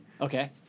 Okay